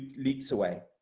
leaks away.